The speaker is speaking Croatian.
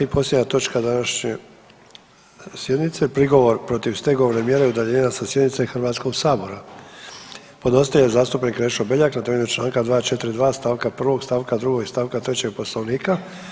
I posljednja točka današnje sjednice - Prigovor protiv stegovne mjere udaljenja sa sjednice Hrvatskog sabora Podnositelj je zastupnik Krešo Beljak na temelju članka 242. stavka prvog stavka drugog i stavka trećeg Poslovnika.